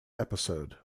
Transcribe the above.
episode